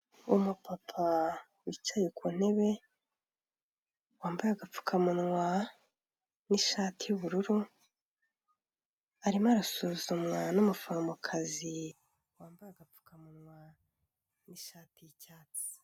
Umupapa wicaye ku ntebe, wambaye agapfukamunwa n'ishati y'ubururu, arimo arasuzumwa n'umuforomokazi wambaye agapfukamunwa n'ishati y'icyatsi.